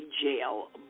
jail